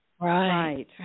Right